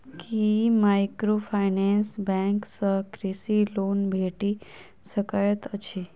की microfinance bank सँ कृषि loan भेटि सकैत अछि?